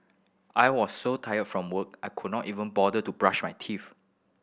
I was so tired from work I could not even bother to brush my teeth